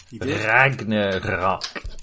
Ragnarok